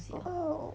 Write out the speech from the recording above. !wow!